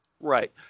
Right